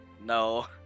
no